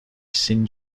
sin